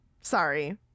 Sorry